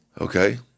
Okay